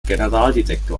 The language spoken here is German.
generaldirektor